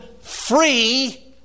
free